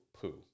poo